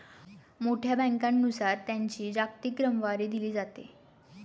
मोठ्या बँकांनुसार त्यांची जागतिक क्रमवारी दिली जाते